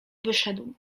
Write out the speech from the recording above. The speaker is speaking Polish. wyszedł